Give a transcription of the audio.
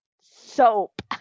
soap